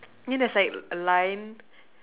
ya there's like a line